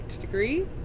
degree